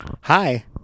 Hi